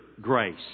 grace